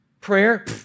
Prayer